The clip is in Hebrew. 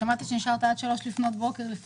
שמעתי שנשארת על 03:00 לטפל